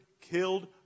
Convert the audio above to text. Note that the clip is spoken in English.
killed